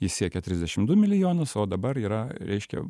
jis siekė trisdešim du milijonus o dabar yra reiškia